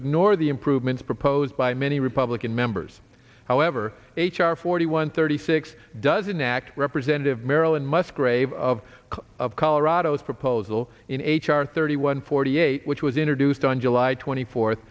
ignore the improvements proposed by many republican members however h r forty one thirty six doesn't act representative marilyn musgrave of of colorado's proposal in h r thirty one forty eight which was introduced on july twenty fourth